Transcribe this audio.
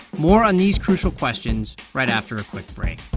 more on these crucial questions right after a quick break